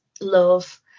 love